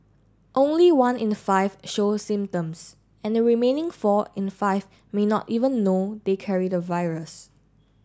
only one in five show symptoms and the remaining four in five may not even know they carry the virus